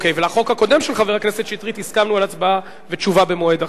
ולחוק הקודם של חבר הכנסת שטרית הסכמנו על הצבעה ותשובה במועד אחר.